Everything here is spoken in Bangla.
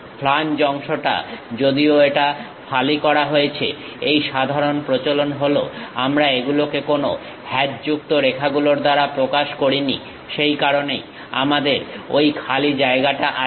ফ্লাঞ্জ অংশটা যদিও এটা ফালি করা হয়েছে এই সাধারণ প্রচলন হলো আমরা এগুলোকে কোনো হ্যাচযুক্ত রেখাগুলোর দ্বারা প্রকাশ করিনি সেই কারণেই আমাদের ঐ খালি জায়গাটা আছে